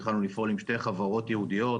התחלנו לפעול עם שתי חברות ייעודיות